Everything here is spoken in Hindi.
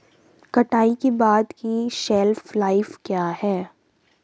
कटाई के बाद की शेल्फ लाइफ क्या है?